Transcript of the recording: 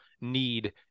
need